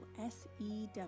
S-E-W